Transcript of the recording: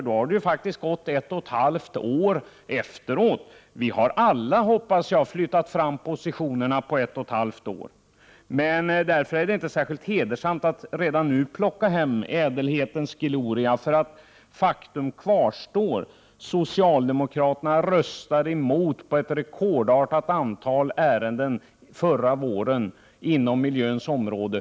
Det har ju då gått ett och ett halvt år, och jag hoppas att vi alla har flyttat fram positionerna under den tiden. Därför är det inte särskilt hedersamt att redan nu så att säga plocka hem ädelhetens gloria. Faktum kvarstår: Socialdemokraterna röstade förra våren nej i ett rekordstort antal ärenden på miljöområdet.